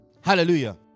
Hallelujah